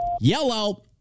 Yellow